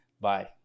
bye